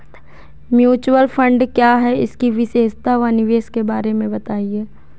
Mutual fund क्या है इसकी विशेषता व निवेश के बारे में बताइये?